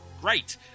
great